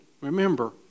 remember